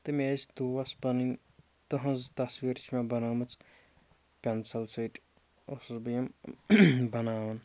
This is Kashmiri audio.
تہٕ مےٚ ٲسۍ دوس پَنٕنۍ تٕہٕنٛز تَصویٖر چھِ مےٚ بَنٲمٕژ پٮ۪نسَل سۭتۍ اوسُس بہٕ یِم بَناوان